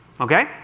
Okay